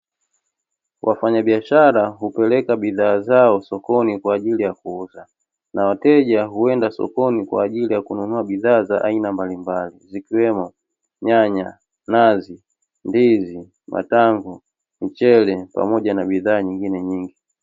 Wafanyabiashara hupeleka bidhaa zao sokoni kwa ajili ya kuuza. Na wateja huenda sokoni kwa ajili ya kununua bidhaa za aina mbalimbali, zikiwemo nyanya, nazi, ndizi, matango, mchele pamoja na bidhaa nyingine nyingi.